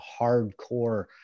hardcore